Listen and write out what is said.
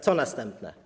Co następne?